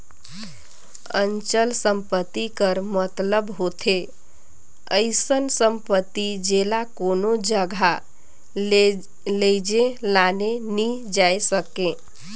अचल संपत्ति कर मतलब होथे अइसन सम्पति जेला कोनो जगहा लेइजे लाने नी जाए सके